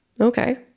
Okay